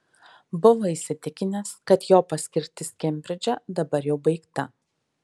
buvo įsitikinęs kad jo paskirtis kembridže dabar jau baigta